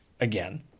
again